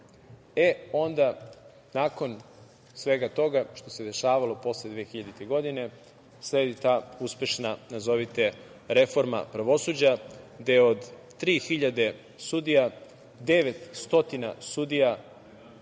E, onda, nakon svega toga što se dešavalo posle 2000. godine sledi ta uspešna nazovite reforma pravosuđa, gde od 3.000 sudija 900 sudija